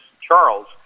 Charles